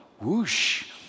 whoosh